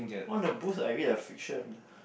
all the books I read are fiction